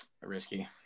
Risky